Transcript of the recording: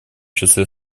числе